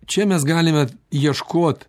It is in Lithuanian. čia mes galime ieškot